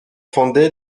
fondé